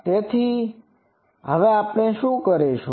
તેથી આપણે શું કરીશું